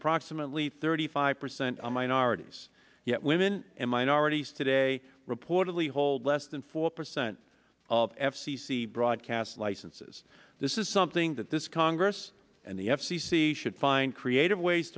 approximately thirty five percent are minorities yet women and minorities today reportedly hold less than four percent of f c c broadcast licenses this is something that this congress and the f c c should find creative ways